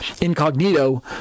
incognito